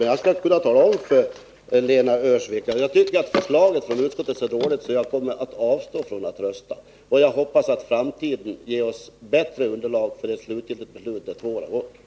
Men jag kan gärna tala om för Lena Öhrsvik hur jag kommer att göra. Jag tycker att utskottets förslag är så dåligt, så jag kommer att avstå från att rösta. Jag hoppas att vi får ett bättre underlag för ett slutgiltigt beslut, när de två åren har gått.